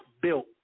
built